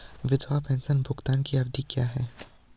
विधवा पेंशन भुगतान की अवधि क्या है?